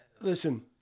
listen